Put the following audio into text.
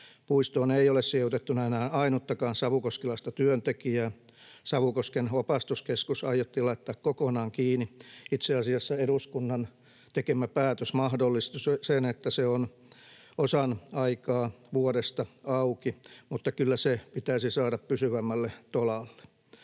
Puistoon ei ole sijoitettuna enää ainuttakaan savukoskelaista työntekijää. Savukosken opastuskeskus aiottiin laittaa kokonaan kiinni. Itse asiassa eduskunnan tekemä päätös mahdollisti sen, että se on osan aikaa vuodesta auki, mutta kyllä se pitäisi saada pysyvämmälle tolalle.